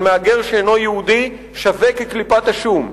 של מהגר שאינו יהודי שווה כקליפת השום.